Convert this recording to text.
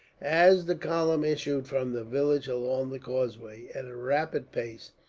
as the column issued from the village along the causeway, at a rapid pace,